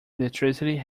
electricity